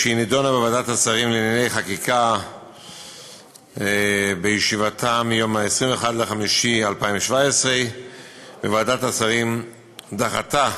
השרים לענייני חקיקה בישיבתה ביום 21 במאי 2017. ועדת השרים דחתה